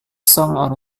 song